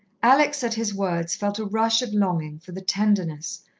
alex, at his words, felt a rush of longing for the tenderness,